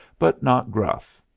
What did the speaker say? but not gruff.